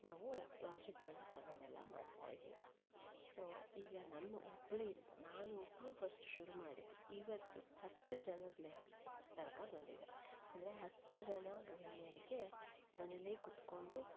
ನಾವು ಪ್ರಾಜೆಕ್ಗಳ್ನ ತೊಗೊಂಡೆಲ್ಲ ಮಾಡ್ತಾ ಇದೀವಿ ಸೋ ಈಗ ನನ್ನ ಒಬ್ಳು ನಾನು ಒಬ್ಬಳು ಫಸ್ಟ್ ಶುರು ಮಾಡಿದ್ದು ಇವತ್ತು ಹತ್ತು ಜನದ ಲೆ ತನಕ ಬಂದಿದೆ ಅಂದರೆ ಹತ್ತು ಜನ ಗೃಹಿಣಿಯರಿಗೆ ಮನೆಯಲ್ಲೇ ಕೂತ್ಕೊಂಡು